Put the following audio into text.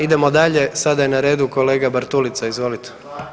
Idemo dalje, sada je na redu kolega Bartulica, izvolite.